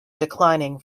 declining